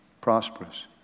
prosperous